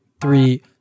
three